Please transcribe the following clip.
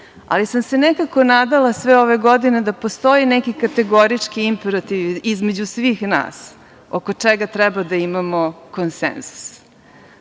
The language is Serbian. ali sam se nekako nadala sve ove godine da postoji neki kategorički imperativ između svih nas oko čega treba da imamo konsenzus.